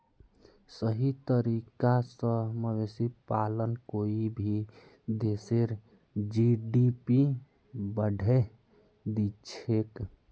सही तरीका स मवेशी पालन कोई भी देशेर जी.डी.पी बढ़ैं दिछेक